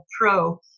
pro